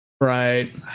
Right